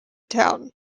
town